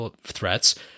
threats